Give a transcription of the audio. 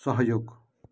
सहयोग